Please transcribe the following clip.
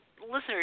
listeners